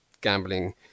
gambling